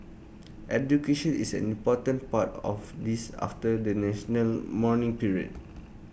education is an important part of this after the national mourning period